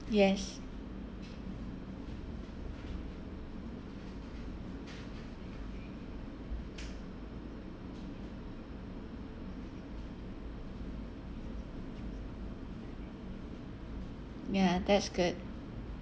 yes ya that's good